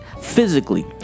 physically